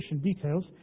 details